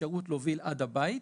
לאפשרות להוביל עד הבית,